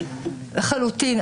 לחלוטין.